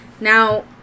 Now